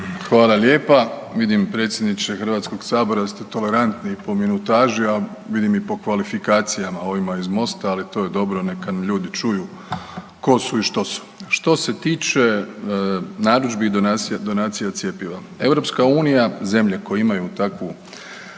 Hvala lijepa, vidim predsjedniče HS-a da ste tolerantni po minutaži, a vidim i po kvalifikacijama ovima iz Mosta, ali to je dobro, neka ljudi čuju tko su i što su. Što se tiče narudžbi i donacija cjepiva, EU, zemlje koje imaju takvu